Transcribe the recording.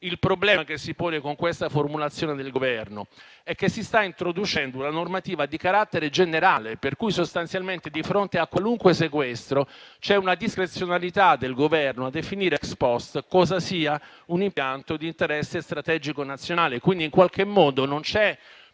Il problema che si pone con questa formulazione del Governo è che si sta introducendo una normativa di carattere generale, per cui sostanzialmente di fronte a qualunque sequestro c'è una discrezionalità del Governo a definire *ex post* cosa sia un impianto di interesse strategico nazionale. Quindi non c'è